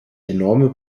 enorme